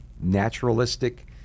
naturalistic